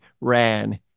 ran